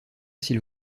s’il